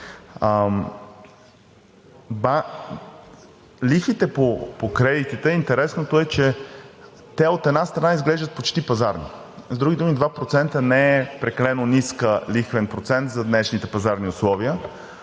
Лихвите по кредитите – интересното е, че те, от една страна, изглеждат почти пазарни. С други думи 2% не е прекалено нисък лихвен процент за днешните пазарни условия,